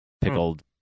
pickled